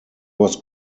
was